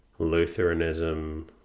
Lutheranism